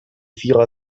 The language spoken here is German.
vierer